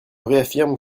réaffirme